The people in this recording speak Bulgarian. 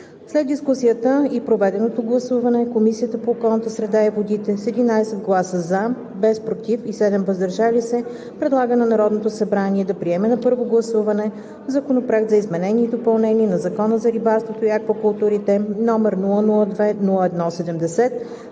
След дискусията и проведеното гласуване Комисията по околната среда и водите с 11 гласа „за“, без „против“ и 7 гласа „въздържал се“ предлага на Народното събрание да приеме на първо гласуване Законопроект за изменение и допълнение на Закона за рибарството и аквакултурите, № 002-01-70,